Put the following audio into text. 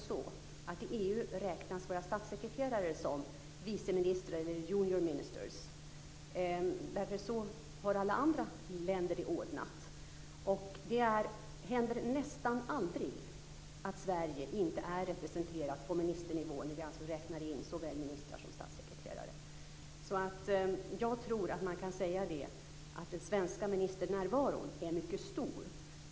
Men i EU räknas våra statssekreterare som vice ministrar eller junior ministers. Så har alla andra länder det ordnat. Det händer nästan aldrig att Sverige inte är representerat på ministernivå, när vi alltså räknar in såväl ministrar som statssekreterare. Jag tror att man kan säga att den svenska ministernärvaron är mycket stor.